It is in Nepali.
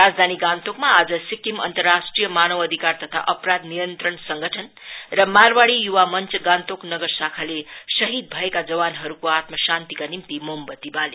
राजधानी गान्तोकमा आज सिक्किम अन्तराष्ट्रिय मानव अधिकार तथा अपकाझ नियन्त्रण संगठन र मारवाड़ी युवा मञ्च गान्तोक नगर शाखाले शहीद भएका जवानहरुको आत्मा शान्तिका निम्ति मोमवन्ती बाले